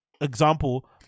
example